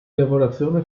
lavorazione